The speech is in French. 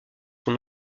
son